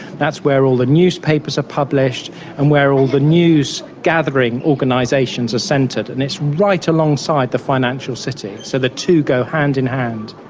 that's where all the newspapers are published and where all the news gathering organisations are centred, and it's right alongside the financial city. so the two go hand in hand.